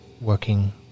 working